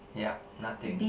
yeah nothing